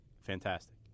fantastic